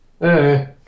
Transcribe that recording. Hey